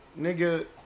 Nigga